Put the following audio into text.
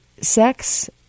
sex